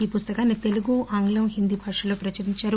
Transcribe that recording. ఈ పుస్తకం తెలుగు ఆంగ్లం హింది భాషల్లో ప్రచురించారు